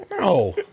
No